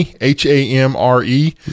H-A-M-R-E